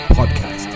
podcast